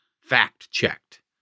fact-checked